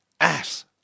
ass